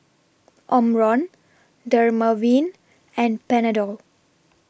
Omron Dermaveen and Panadol